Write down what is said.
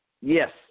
Yes